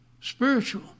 Spiritual